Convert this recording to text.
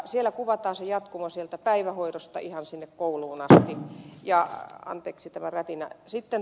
siellä kuvataan jatkumo sieltä päivähoidosta ihan sinne kouluun asti